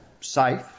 safe